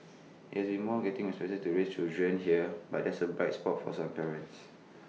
IT has been more getting expensive to raise children here but there's A bright spot for some parents